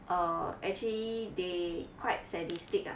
err actually they quite sadistic ah